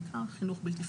בעיקר חינוך בלתי פורמלי.